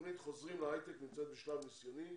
התוכנית 'חוזרים להייטק' נמצאת בשלב ניסיוני